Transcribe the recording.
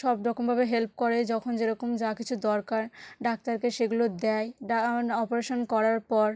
সব রকমভাবে হেল্প করে যখন যেরকম যা কিছু দরকার ডাক্তারকে সেগুলো দেয় দাঁড়ান অপরেশান করার পর